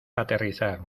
aterrizar